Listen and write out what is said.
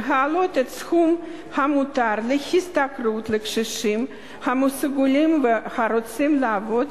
היא להעלות את הסכום המותר להשתכרות לקשישים המסוגלים והרוצים לעבוד